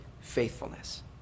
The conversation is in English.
faithfulness